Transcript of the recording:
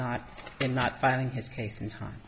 not and not filing his case in time